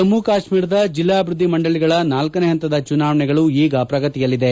ಜಮ್ಮು ಕಾಶ್ಮೀರದ ಜಿಲ್ಲಾ ಅಭಿವೃದ್ದಿ ಮಂಡಳಿಗಳ ನಾಲ್ಕನೇ ಹಂತದ ಚುನಾವಣೆಗಳು ಈಗ ಪ್ರಗತಿಯಲ್ಲಿದೆ